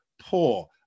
poor